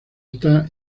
está